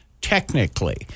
technically